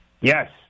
yes